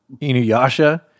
inuyasha